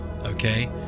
okay